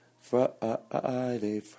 Friday